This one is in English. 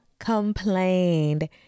complained